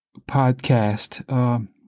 podcast